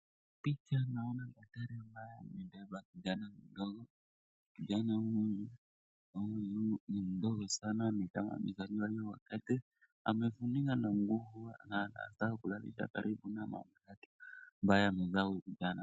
Picha naona daktari ambaye amebeba kijana mdogo, kijana huyu ni mdogo sana nikama amezaliwa wakati huo, amefunikwa na nguo na anataka kulalishwa karibu na mama yake ambaye amezaa huyu kijana.